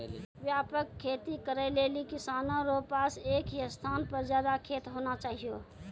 व्यापक खेती करै लेली किसानो रो पास एक ही स्थान पर ज्यादा खेत होना चाहियो